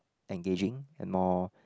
engaging and more